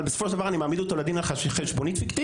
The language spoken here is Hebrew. אבל בסופו של דבר אני מעמיד אותו לדין על חשבונית פיקטיבית,